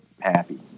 happy